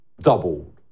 doubled